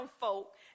folk